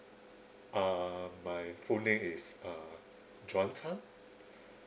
um my full name is uh john tan